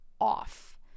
off